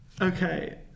okay